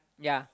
ya